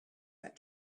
that